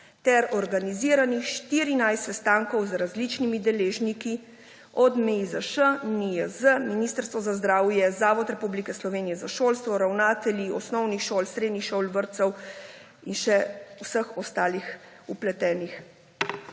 ter organiziranih 14 sestankov z različnimi deležniki, od MIZŠ, NIJZ, Ministrstva za zdravje, Zavoda Republike Slovenije za šolstvo, ravnateljev osnovnih šol, srednjih šol, vrtcev do še vseh ostalih vpletenih.